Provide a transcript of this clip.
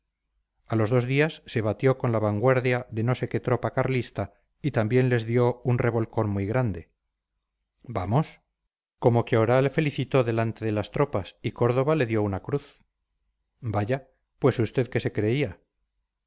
a los dos días se batió con la vanguardia de no sé qué tropa carlista y también les dio un revolcón muy grande vamos como que oraa le felicitó delante de las tropas y córdova le dio una cruz vaya pues usted qué se creía